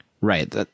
Right